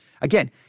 Again